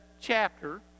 chapter